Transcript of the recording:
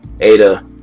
Ada